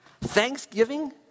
Thanksgiving